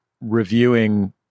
reviewing